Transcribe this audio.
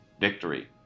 victory